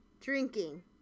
drinking